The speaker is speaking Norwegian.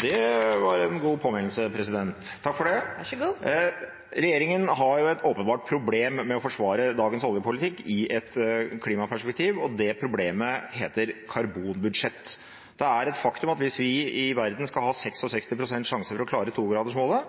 Det var en god påminnelse, takk for det! Regjeringen har et åpenbart problem med å forsvare dagens oljepolitikk i et klimaperspektiv, og det problemet heter karbonbudsjett. Det er et faktum at hvis vi i verden skal ha